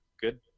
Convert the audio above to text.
good